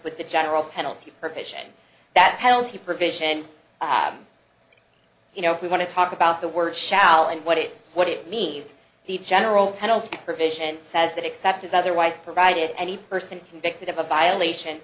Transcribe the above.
with the general penalty purpose and that penalty provision you know if we want to talk about the word shall and what it what it means the general penalty provision says that except as otherwise provided any person convicted of a violation